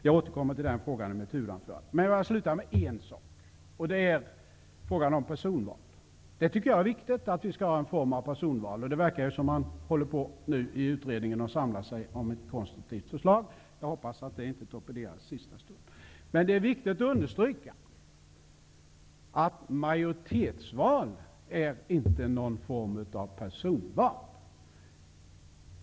Jag återkommer till den frågan i mitt huvudandförande. Jag vill sluta med en sak. Det är frågan om personval. Jag tycker att det är riktigt att vi skall ha en form av personval. Det verkar som om man i utredningen håller på att samla sig till ett konstruktivt förslag. Jag hoppas att det inte torpederas i sista stund. Men det är viktigt att understryka att majoritetsval inte är någon form av personval.